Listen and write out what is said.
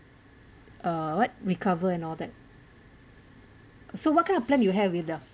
uh what recover and all that so what kind of plan you have with the